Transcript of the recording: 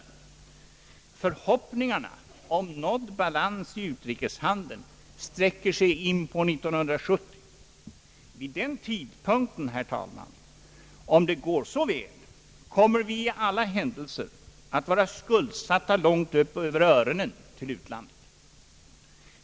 Förhoppningarna om nådd balans i utrikeshandeln sträcker sig in på 1970. Vid den tidpunkten, herr talman, om det går så väl, kommer vi i alla händelser att vara skuldsatta till utlandet långt upp över öronen.